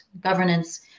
governance